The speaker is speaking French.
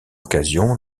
occasion